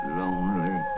lonely